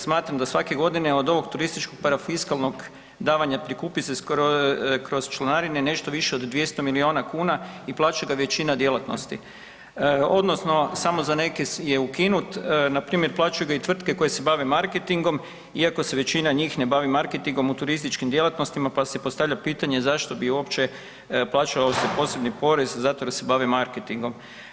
Smatram da svake godine od ovog turističkog parafiskalnog davanja prikupi se skoro kroz članarine nešto više od 200 milijuna kuna i plaćaju ga većina djelatnosti, odnosno samo za neke je ukinut, npr. plaćaju ga i tvrtke koje se bave marketingom iako se većina njih ne bavi marketingom u turističkim djelatnostima pa se postavlja pitanje zašto bi uopće plaćao osobni porez zato jer se bavi marketingom.